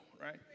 right